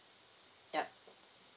ya